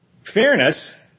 Fairness